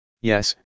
yes